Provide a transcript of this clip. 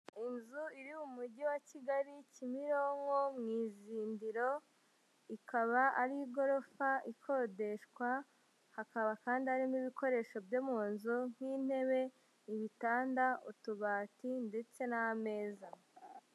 Inzu iri mu mujyi wa Kigali Kimilonko mu i Zinindiro, ikaba ari igorofa ikodeshwa, hakaba kandi harimo ibikoresho byo mu nzu nk'intebe, ibitanda, utubati ndetse n'ameza.